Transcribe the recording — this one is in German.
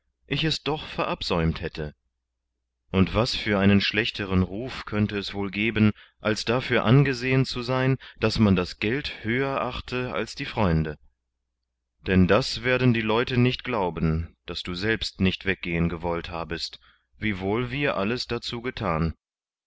ich es doch verabsäumt hätte und was für einen schlechteren ruf könnte es wohl geben als dafür angesehen sein daß man das geld höher achte als die freunde denn das werden die leute nicht glauben daß du selbst nicht weggehn gewollt habest wiewohl wir alles dazu getan